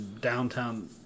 downtown